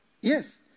yes